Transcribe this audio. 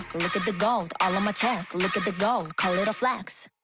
look at the gold all on my chest look at the gold call it a flex